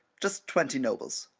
just twenty nobles.